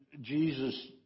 Jesus